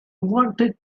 wanted